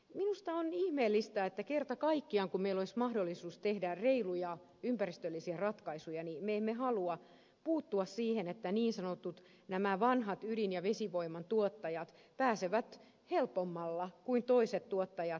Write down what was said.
minusta on ihmeellistä että kun meillä kerta kaikkiaan olisi mahdollisuus tehdä reiluja ympäristöllisiä ratkaisuja me emme halua puuttua siihen että nämä niin sanotut vanhat ydin ja vesivoiman tuottajat pääsevät helpommalla kuin toiset tuottajat